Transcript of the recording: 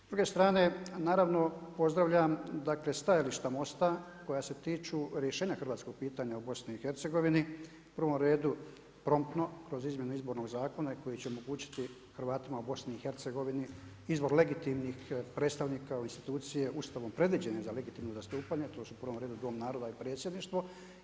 S druge strane naravno pozdravljam, dakle stajališta MOST-a koja se tiču rješenja hrvatskog pitanja u BiH, u prvom redu promptno kroz izmjene Izbornog zakona i koji će omogućiti Hrvatima u BiH izbor legitimnih predstavnika u institucije Ustavom predviđene za legitimno zastupanje, to su u prvom redu Dom naroda i predsjedništvo.